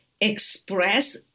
express